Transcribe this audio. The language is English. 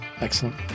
Excellent